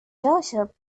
joseph